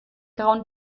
grauen